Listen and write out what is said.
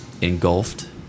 engulfed